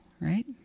Right